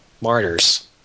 Martyrs